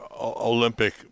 Olympic